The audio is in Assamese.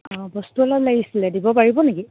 অঁ বস্তু অলপ লাগিছিলে দিব পাৰিব নেকি